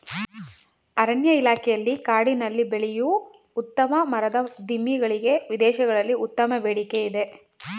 ಅರಣ್ಯ ಇಲಾಖೆಯಲ್ಲಿ ಕಾಡಿನಲ್ಲಿ ಬೆಳೆಯೂ ಉತ್ತಮ ಮರದ ದಿಮ್ಮಿ ಗಳಿಗೆ ವಿದೇಶಗಳಲ್ಲಿ ಉತ್ತಮ ಬೇಡಿಕೆ ಇದೆ